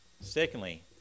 Secondly